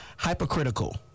hypocritical